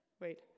Wait